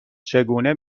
چگونه